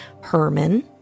Herman